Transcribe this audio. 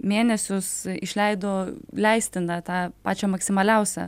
mėnesius išleido leistiną tą pačią maksimaliausią